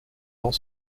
dans